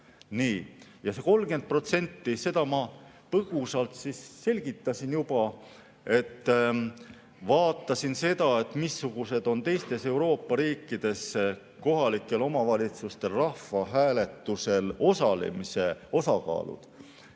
See 30%, seda ma põgusalt selgitasin juba. Vaatasin seda, missugused on teistes Euroopa riikides kohalikel omavalitsustel rahvahääletusel osalemise osakaalud,